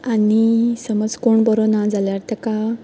आनी समज कोण बरो ना जाल्यार ताका